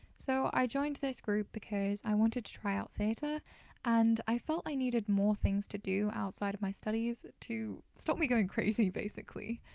so i joined this group because i wanted to try out theatre and i felt i needed more things to do outside of my studies to. stop me going crazy basically!